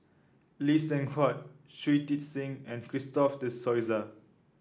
Lee Seng Huat Shui Tit Sing and Christopher De Souza